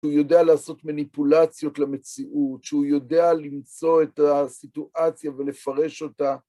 שהוא יודע לעשות מניפולציות למציאות, שהוא יודע למצוא את הסיטואציה ולפרש אותה.